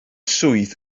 swydd